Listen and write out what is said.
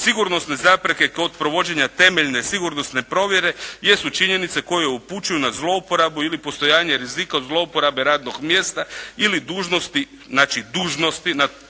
sigurnosne zapreke kod provođenja temeljne sigurnosne provjere jesu činjenice koje upućuju na zlouporabu ili postojanje rizika od zlouporabe radnog mjesta ili dužnosti, znači